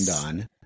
on